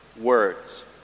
words